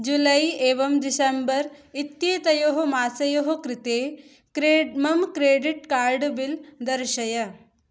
जुलै एवं डिसेम्बर् एत्येतयोः मासयोः कृते क्रे मम क्रेडिट् कार्ड् बिल् दर्शय